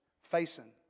facing